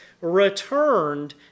returned